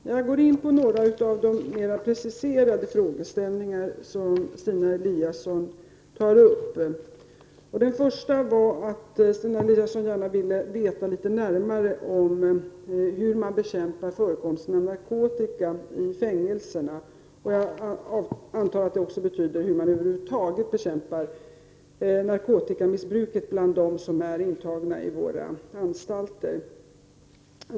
Fru talman! Jag skall gå in på några av de mer preciserade frågeställningar som Stina Eliasson tar upp. Först ville Stina Eliasson veta hur man bekämpar förekomsten av narkotika i fängelserna, och jag antar att det betyder hur man över huvud taget bekämpar narkotikamissbruket bland dem som är intagna på våra anstalter.